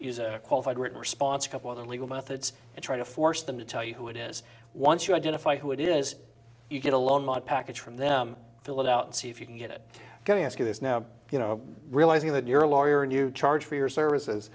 act a qualified written response a couple of them legal methods and try to force them to tell you who it is once you identify who it is you get a loan money from them fill it out see if you can get it going ask you this now you know realizing that you're a lawyer and you charge for your services